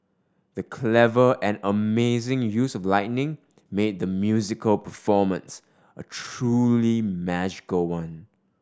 the clever and amazing use of lighting made the musical performance a truly magical one